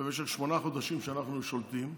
במשך שמונת חודשים שאנחנו שולטים,